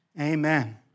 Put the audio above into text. amen